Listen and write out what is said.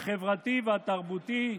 החברתי והתרבותי".